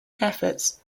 efforts